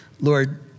Lord